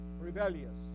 rebellious